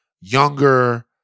younger